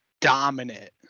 dominant